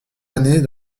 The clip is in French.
années